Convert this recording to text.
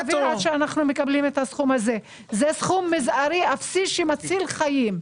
זה סכום מזערי שמציל חיים.